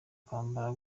kwambara